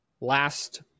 last